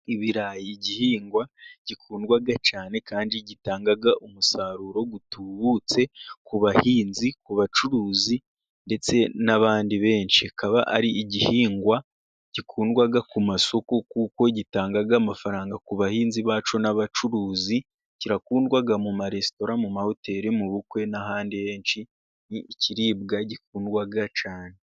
Ibirayi igihingwa gikundwa cyane kandi gitanga umusaruro utubutse, ku bahinzi ku bacuruzi ndetse n'abandi benshi , kikaba ari igihingwa gikundwa ku masoko , kuko gitanga amafaranga ku bahinzi bacu n'abacuruzi , kirakundwa mu maresitora mu mahoteli mu bukwe n'ahandi henshi , ni ikiribwa gikundwa cyane.